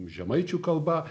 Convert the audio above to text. žemaičių kalba